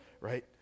right